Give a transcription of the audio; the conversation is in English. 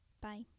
Bye